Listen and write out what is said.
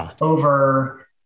over